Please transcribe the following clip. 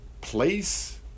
place